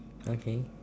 okay